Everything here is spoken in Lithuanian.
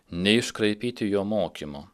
neiškraipyti jo mokymo